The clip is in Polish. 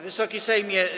Wysoki Sejmie!